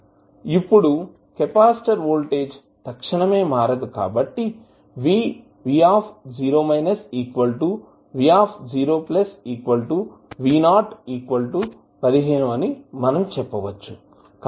ఇప్పుడు capacitor voltage తక్షణమే మారదు కాబట్టి అని మనం చెప్పవచ్చు